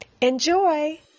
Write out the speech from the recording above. Enjoy